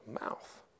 mouth